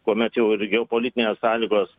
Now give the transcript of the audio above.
kuomet jau ir geopolitinės sąlygos